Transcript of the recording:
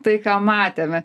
tai ką matėme